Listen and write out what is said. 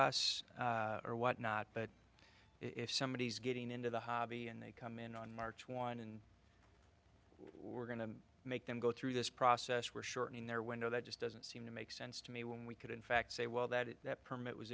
for us or whatnot but if somebody is getting into the hobby and they come in on march one and we're going to make them go through this process where shortening their window that just doesn't seem to make sense to me when we could in fact say well that that permit was